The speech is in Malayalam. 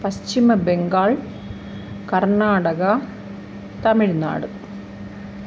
പശ്ചിമബെങ്കാൾ കർണാടക തമിഴ്നാട്